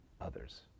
others